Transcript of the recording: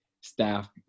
staff